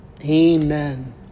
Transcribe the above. amen